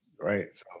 right